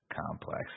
Complex